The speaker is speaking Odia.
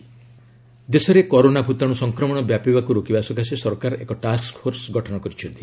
ଟାସ୍କଫୋର୍ସ କରୋନା ଭାଇରସ ଦେଶରେ କରୋନା ଭୂତାଣୁ ସଂକ୍ରମଣ ବ୍ୟାପିବାକୁ ରୋକିବା ସକାଶେ ସରକାର ଏକ ଟାସ୍କଫୋର୍ସ ଗଠନ କରିଛନ୍ତି